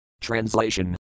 Translation